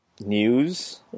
News